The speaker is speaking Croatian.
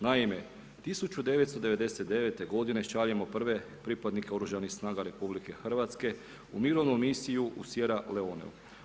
Naime 1999.g. šaljemo prve pripadnike oružanih snaga RH u mirovnu misiju u Siere Leone.